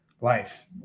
Life